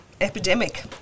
epidemic